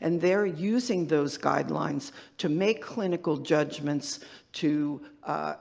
and they're using those guidelines to make clinical judgments to